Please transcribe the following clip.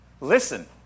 Listen